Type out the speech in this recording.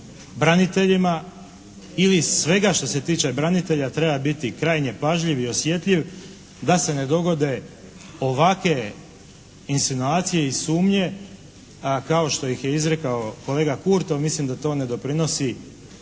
i iz svega što se tiče branitelja treba biti krajnje pažljiv i osjetljiv da se ne dogode ovakve insinuacije i sumnje kao što ih je izrekao kolega Kurtov. Mislim da to ne doprinosi